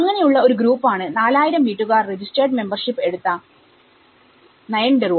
അങ്ങനെ ഉള്ള ഒരു ഗ്രൂപ്പ് ആണ് 4000 വീട്ടുകാർ റെജിസ്റ്റർഡ് മെമ്പർഷിപ് എടുത്ത നയാൻഡറുഅ